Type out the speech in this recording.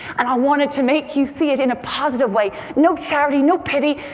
and i wanted to make you see it in a positive way no charity, no pity.